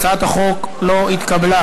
הצעת החוק לא התקבלה.